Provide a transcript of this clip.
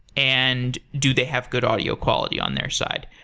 and do they have good audio quality on their side?